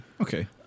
Okay